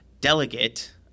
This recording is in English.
delegate